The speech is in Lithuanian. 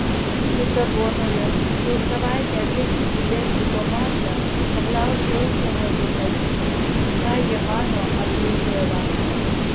lisabonoje jau savaitę viešinti delfi komanda paklausė užsienio žurnalistų ką jie mano apie ievą